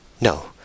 No